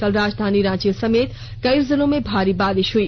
कल राजधानी रांची समेत कई जिलों में भारी बारिश हुई